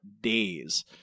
days